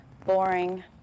boring